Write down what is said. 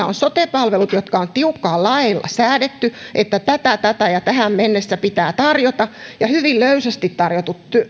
on sote palvelut jotka on tiukkaan laeilla säädetty että tätä ja tätä pitää tähän mennessä tarjota ja hyvin löysästi